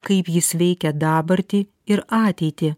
kaip jis veikia dabartį ir ateitį